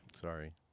Sorry